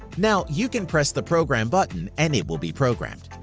now you can press the program button and it will be programmed.